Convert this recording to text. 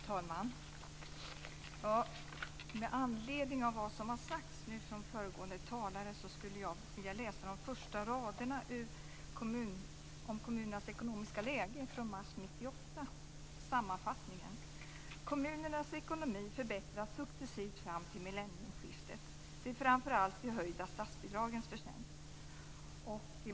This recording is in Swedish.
Fru talman! Med anledning av vad som har sagts av föregående talare skulle jag vilja läsa några rader om kommunernas ekonomiska läge från mars 1998. Det är sammanfattningen. Det står att kommunernas ekonomi förbättras successivt fram till millenniumskiftet, och att det framför allt är de höjda statsbidragens förtjänst.